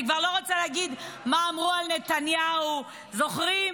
אני כבר לא רוצה להגיד מה אמרו על נתניהו, זוכרים?